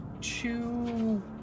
two